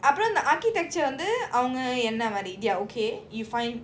அப்புறம் அந்த:appuram antha architecture வந்து அவங்க என்ன மாதிரி:vanthu avanga enna maathiri they're okay you find